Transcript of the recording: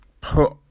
put